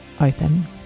open